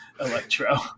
Electro